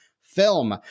film